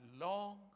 long